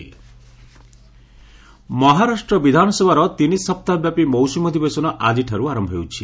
ମହା ସେସନ ମହାରାଷ୍ଟ୍ର ବିଧାନସଭାର ତିନି ସପ୍ତାହବ୍ୟାପୀ ମୌସ୍ରମୀ ଅଧିବେଶନ ଆକ୍ଟିଠାର୍ତ ଆରମ୍ଭ ହେଉଛି